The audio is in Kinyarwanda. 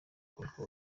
konka